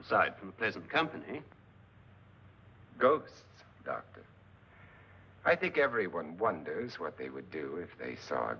aside from pleasant company goes dr i think everyone wonders what they would do if they saw